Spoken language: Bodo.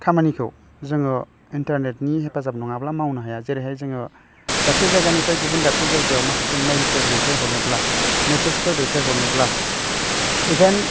जोङो इन्टारनेटनि हेफाजाब नङाब्ला हाया जेरैहाय जोङो दाबसे जायगानिफ्राइ गुबुन दाबसे जायगायाव माखासे मैलफोर दैथाइ हरनोब्ला मिसेसफोर दैथाइ हरनोब्ला इभेन